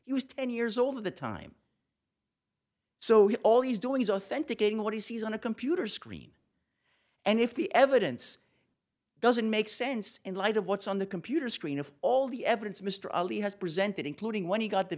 and years old of the time so all he's doing is authenticating what he sees on a computer screen and if the evidence doesn't make sense in light of what's on the computer screen of all the evidence mr ali has presented including when he got the